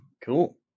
Cool